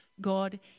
God